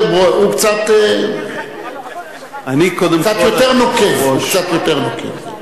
הוא קצת יותר נוקב, הוא קצת יותר נוקב.